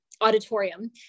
auditorium